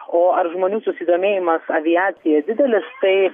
o ar žmonių susidomėjimas aviacija didelis tai